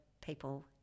people